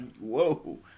whoa